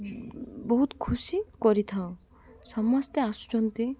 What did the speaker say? ବହୁତ ଖୁସି କରିଥାଉ ସମସ୍ତେ ଆସୁଛନ୍ତି